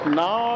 now